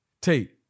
Tate